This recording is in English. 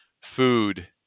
food